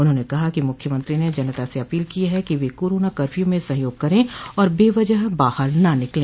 उन्होंने कहा कि मुख्यमंत्री ने जनता से अपील की है कि वह कोरोना कर्फ्यू में सहयोग करे और बेवजह बाहर न निकले